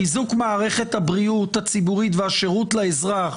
חיזוק מערכת הבריאות הציבורית והשירות לאזרח